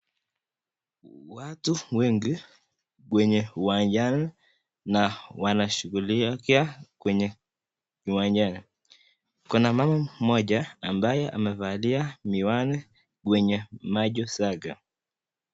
Watu wengi kwenye uwanjani na wanashughulikia kwenye uwanjani kuna mama mmoja ambaye amevalia miwani kwenye macho zake.